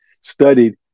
studied